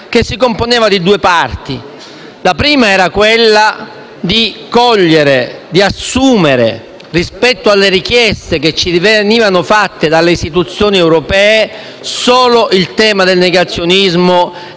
che si componeva di due parti: la prima era la decisione di assumere, rispetto alle richieste avanzate dalle istituzioni europee, solo il tema del negazionismo e non